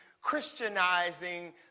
Christianizing